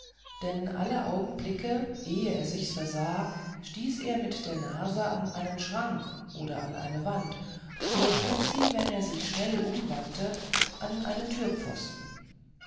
denn alle augenblicke ehe er es sich versah stieß er mit der nase an einen schrank oder an die wand oder schlug sie wenn er sich schnell umwandte an einen